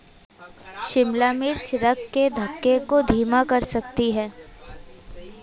शिमला मिर्च रक्त के थक्के को धीमा कर सकती है